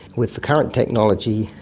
with the current technology,